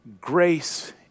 Grace